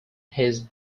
his